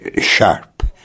sharp